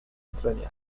стране